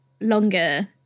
longer